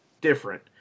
different